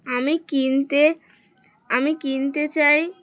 আমি কিনতে আমি কিনতে চাই